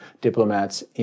diplomats